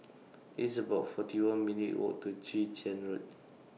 It's about forty one minutes' Walk to Chwee Chian Road